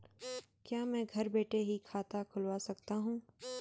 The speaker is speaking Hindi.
क्या मैं घर बैठे ही खाता खुलवा सकता हूँ?